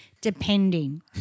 depending